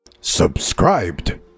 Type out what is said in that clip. Subscribed